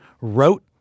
wrote